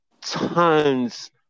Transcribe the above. tons